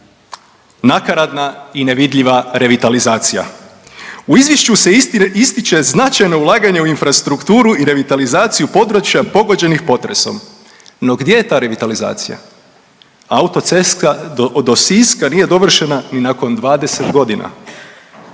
Nakaradna i nevidljiva revitalizacija. U izvješću se ističe značajno ulaganje u infrastrukturu i revitalizaciju područja pogođenih potresom, no gdje je ta revitalizacija. Autocesta do Siska nije dovršena ni nakon 20 godina,